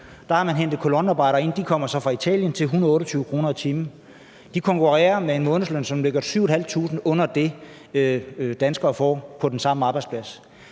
Der har man hentet kolonnearbejdere ind – de kommer så fra Italien – til 128 kr. i timen. De konkurrerer med en månedsløn, som ligger 7.500 kr. under det, som danskere får på den samme arbejdsplads.